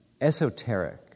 esoteric